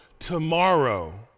Tomorrow